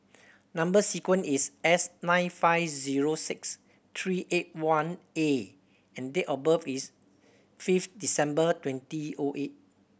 number sequence is S nine five zero six three eight one A and date of birth is fifth December twenty O eight